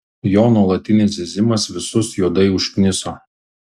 jo nuolatinis zyzimas visus juodai užkniso